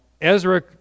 Ezra